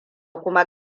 kuma